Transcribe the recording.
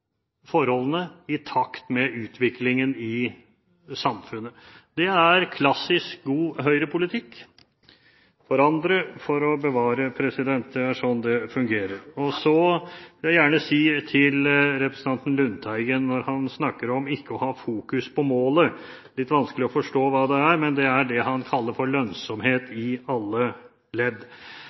forholdene i takt med utviklingen i samfunnet. Det er klassisk god høyrepolitikk: forandre for å bevare. Det er slik det fungerer. Så til representanten Lundteigen, som snakker om ikke å ha fokus på målet. Det er litt vanskelig å forstå hva det er, men det er det han kaller for lønnsomhet i alle ledd.